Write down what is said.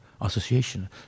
association